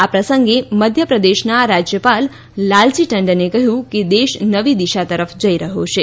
આ પ્રસંગે મધ્યપ્રદેશના રાજ્યપાલ લાલજી ટંડને ક્હયું કે દેશ નવીદિશા તરફ જઈ રહ્યો છે